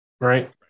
right